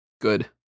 Good